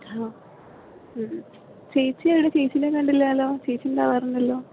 hello ചേച്ചി എവിടെ ചേച്ചീനെ കണ്ടില്ലല്ലോ ചേച്ചി ഉണ്ടാവാറുണ്ടല്ലോ